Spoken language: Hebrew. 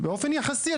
באופן יחסי.